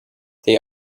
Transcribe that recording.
they